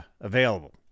available